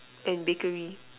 and bakery